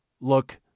look